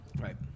right